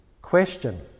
question